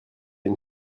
une